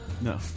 No